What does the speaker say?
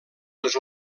les